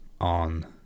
on